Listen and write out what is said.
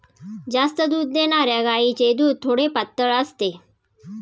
जास्त दूध देणाऱ्या गायीचे दूध थोडे पातळ असते